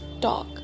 talk